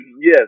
Yes